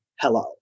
Hello